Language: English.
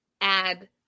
add